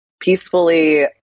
Peacefully